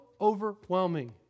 overwhelming